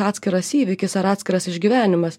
atskiras įvykis ar atskiras išgyvenimas